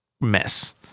mess